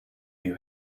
you